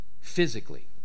physically